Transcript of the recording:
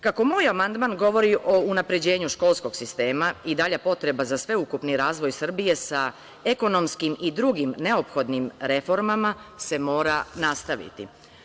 Kako moj amandman govori o unapređenju školskog sistema, i dalja potreba za sveukupni razvoj Srbije sa ekonomskim i drugim neophodnim reformama se mora nastaviti.